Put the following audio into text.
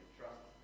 trust